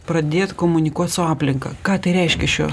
pradėt komunikuot su aplinka ką tai reiškia šiuo